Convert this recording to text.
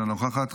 אינה נוכחת,